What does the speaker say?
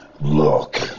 look